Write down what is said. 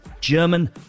German